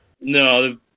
No